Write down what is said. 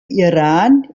iran